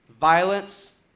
Violence